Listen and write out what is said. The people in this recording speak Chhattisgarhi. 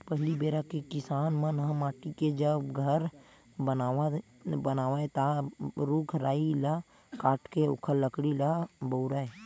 पहिली बेरा के किसान मन ह माटी के जब घर बनावय ता रूख राई ल काटके ओखर लकड़ी ल बउरय